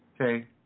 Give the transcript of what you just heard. Okay